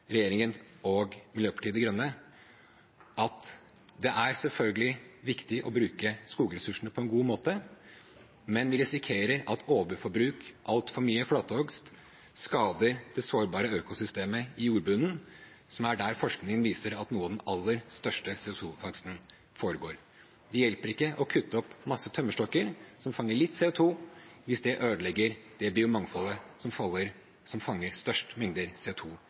regjeringen og Miljøpartiet De Grønne. Det er selvfølgelig viktig å bruke skogressursene på en god måte, men vi risikerer at overforbruk og altfor mye flatehogst skader det sårbare økosystemet i jordbunnen, som er der forskningen viser at noe av den aller største CO 2 -fangsten foregår. Det hjelper ikke å kutte opp masse tømmerstokker som fanger litt CO 2 , hvis det ødelegger det biomangfoldet som fanger størst mengder